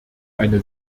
eine